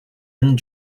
and